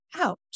out